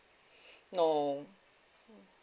no